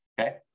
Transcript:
Okay